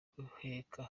guheka